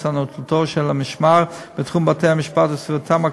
התנהלותו של המשמר בתחום בתי-משפט ובסביבתם הקרובה,